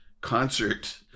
concert